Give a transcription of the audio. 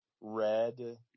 red